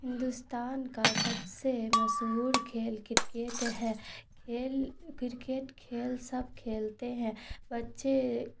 ہندوستان کا سب سے مشہور کھیل کرکیٹ ہے کھیل کرکیٹ کھیل سب کھیلتے ہیں بچے